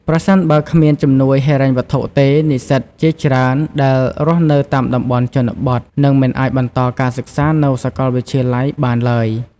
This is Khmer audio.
ប្រសិនបើគ្មានជំនួយហិរញ្ញវត្ថុទេ និស្សិតជាច្រើនដែលរស់នៅតាមតំបន់ជនបទនឹងមិនអាចបន្តការសិក្សានៅសាកលវិទ្យាល័យបានឡើយ។